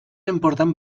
important